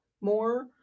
more